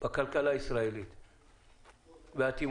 בכלכלה הישראלית והאטימות.